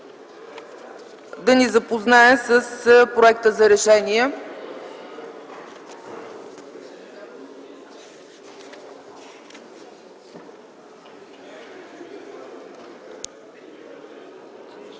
да ни запознае с проектите за решения.